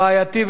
בעייתי,